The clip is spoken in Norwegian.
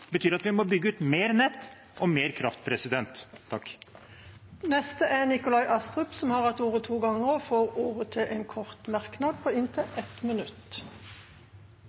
betyr at vi må bygge ut mer nett og mer kraft. Representanten Nikolai Astrup har hatt ordet to ganger tidligere og får ordet til en kort merknad, begrenset til 1 minutt.